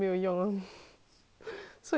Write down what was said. so he ask us to go do